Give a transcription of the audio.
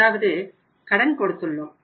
அதாவது கடன் கொடுத்துள்ளோம்